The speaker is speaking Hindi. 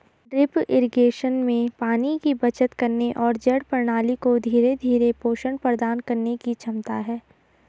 ड्रिप इरिगेशन में पानी की बचत करने और जड़ प्रणाली को धीरे धीरे पोषण प्रदान करने की क्षमता है